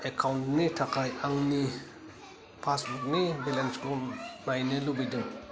एकाउन्टनि थाखाय आंनि पासबुक नि बेलेन्सखौ नायनो लुबैदों